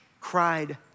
cried